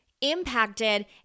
impacted